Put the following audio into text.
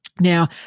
Now